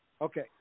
Okay